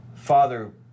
Father